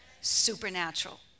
supernatural